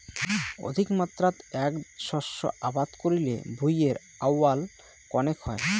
অধিকমাত্রাত এ্যাক শস্য আবাদ করিলে ভূঁইয়ের আউয়াল কণেক হয়